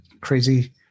crazy